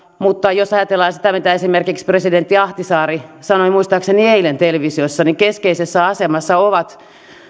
mutta jos ajatellaan sitä mitä esimerkiksi presidentti ahtisaari sanoi muistaakseni eilen televisiossa niin keskeisessä asemassa ovat